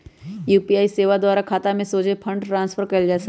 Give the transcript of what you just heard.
UPI सेवा द्वारा खतामें सोझे फंड ट्रांसफर कएल जा सकइ छै